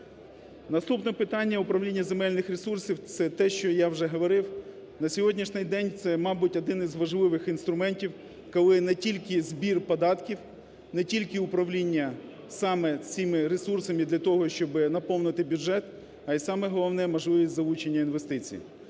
Наступна питання – управління земельних ресурсів. Це те, що я вже говорив, на сьогоднішній день це, мабуть, один із важливих інструментів, коли не тільки збір податків, не тільки управління саме цими ресурсами для того, щоб наповнити бюджет, а і саме головне – можливість залучення інвестицій.